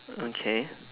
okay